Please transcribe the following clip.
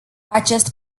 acest